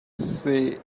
say